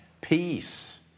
peace